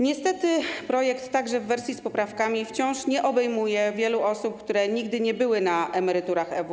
Niestety projekt, także w wersji z poprawkami, wciąż nie obejmuje wielu osób, które nigdy nie były na emeryturach EWK.